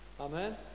Amen